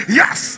yes